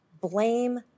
Blame